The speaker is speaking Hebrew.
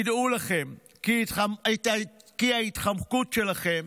דעו לכם כי ההתחמקות שלכם